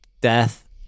death